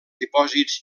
dipòsits